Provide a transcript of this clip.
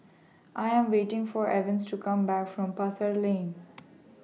I Am waiting For Evans to Come Back from Pasar Lane